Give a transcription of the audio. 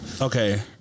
okay